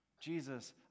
Jesus